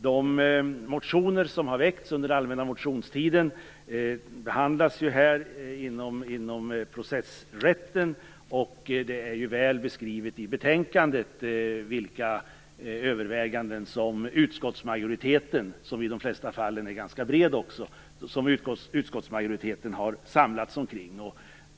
De motioner som har väckts under allmänna motionstiden behandlar processrätten. Det är väl beskrivet i betänkandet vilka överväganden som utskottsmajoriteten, som i de flesta fall är ganska bred, har samlats kring.